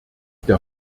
der